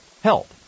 Help